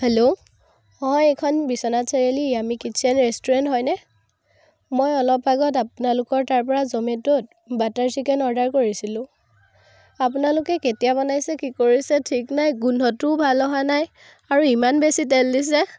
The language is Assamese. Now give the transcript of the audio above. হেল্ল' অঁ এইখন Biswanath Chariali yummy kitchen restaurant হয়নে মই অলপ আগত আপোনালোকৰ তাৰ পৰা জমেটোত বাটাৰ চিকেন অৰ্ডাৰ কৰিছিলোঁ আপোনালোকে কেতিয়া বনাইছে কি কৰিছে ঠিক নাই গোন্ধটোও ভাল অহা নাই আৰু ইমান বেছি তেল দিছে